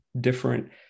different